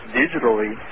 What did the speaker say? digitally